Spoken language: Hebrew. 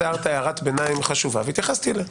הערת הערת ביניים חשובה והתייחסתי אליה.